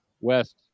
west